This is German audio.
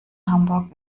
hamburg